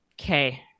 Okay